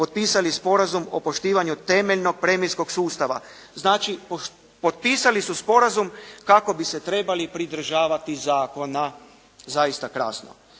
potpisali sporazum o poštivanju temeljnog premijskog sustava. Znači potpisali su sporazum kako bi se trebali pridržavati zakona. Zaista krasno.